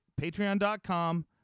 Patreon.com